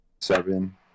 Seven